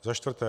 Za čtvrté.